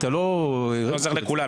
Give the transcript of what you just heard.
אתה לא --- אני עוזר לכולם,